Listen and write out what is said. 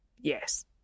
Yes